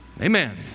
Amen